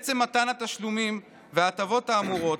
בעצם מתן התשלומים וההטבות האמורות,